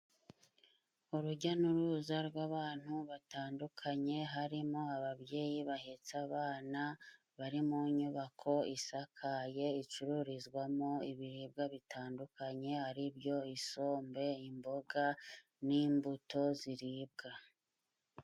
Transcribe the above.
Urujya n'uruza rw'abantu batandukanye harimo ababyeyi bahetse abana, bari mu nyubako isakaye icururizwamo ibiribwa bitandukanye, ari byo isombe, imboga n'imbuto ziribwa.